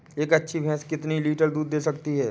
एक अच्छी भैंस कितनी लीटर दूध दे सकती है?